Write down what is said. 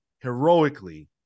heroically